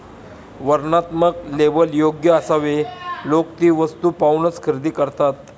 वर्णनात्मक लेबल योग्य असावे लोक ती वस्तू पाहूनच खरेदी करतात